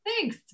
Thanks